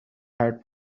had